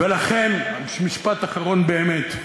אני מסיים, אדוני, משפט אחרון באמת.